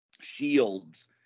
shields